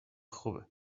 خوبه